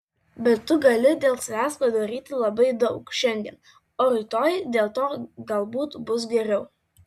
bet tu gali dėl savęs padaryti labai daug šiandien o rytoj dėl to galbūt bus geriau